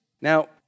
Now